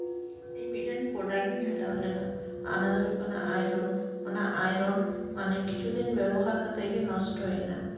ᱤᱧ ᱢᱤᱫᱴᱮᱱ ᱯᱨᱚᱰᱟᱠᱴ ᱤᱧ ᱦᱟᱛᱟᱣ ᱞᱮᱫᱟ ᱚᱱᱟ ᱫᱚ ᱦᱩᱭᱩᱜ ᱠᱟᱱᱟ ᱟᱭᱨᱚᱱ ᱚᱱᱟ ᱟᱭᱨᱚᱱ ᱠᱤᱪᱷᱩ ᱫᱤᱱ ᱵᱮᱵᱚᱦᱟᱨ ᱠᱟᱛᱮᱫ ᱜᱮ ᱱᱚᱥᱴᱚᱭᱮᱱᱟ